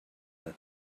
that